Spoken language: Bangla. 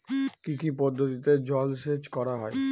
কি কি পদ্ধতিতে জলসেচ করা হয়?